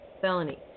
felony